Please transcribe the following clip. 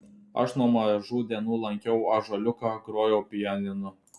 aš nuo mažų dienų lankiau ąžuoliuką grojau pianinu